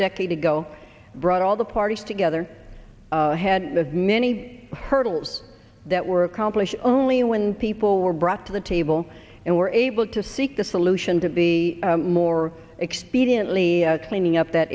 decade ago brought all the parties together had this many hurdles that were accomplished only when people were brought to the table and were able to seek the solution to the more expediently cleaning up that